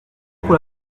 pour